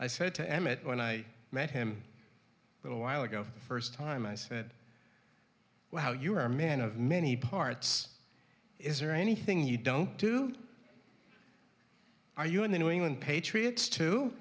i said to emmett when i met him a little while ago the first time i said wow you are a man of many parts is there anything you don't do are you in the new england patriots to